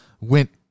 went